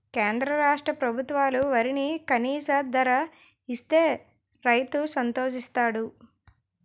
కేంద్ర రాష్ట్ర ప్రభుత్వాలు వరికి కనీస ధర ఇస్తే రైతు సంతోషిస్తాడు